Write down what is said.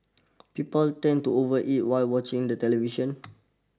people tend to overeat while watching the television